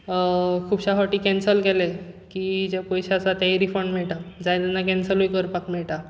खुबश्या फावटीं कॅन्सल केले की जे पयशे आसा तेय रिफंड मेळटा जाय तेन्ना कॅन्सलूय करपाक मेळटा